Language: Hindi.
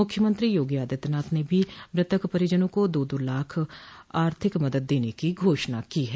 मुख्यमंत्री योगी आदित्यनाथ ने भी मृतक परिजनों को दो दो लाख आर्थिक मदद देने की घोषणा की है